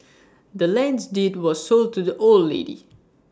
the land's deed was sold to the old lady